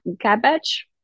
cabbage